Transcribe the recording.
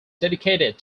dedicated